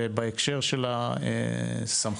בהקשר של הסמכות